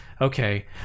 okay